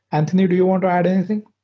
anthony, do you want to add anything?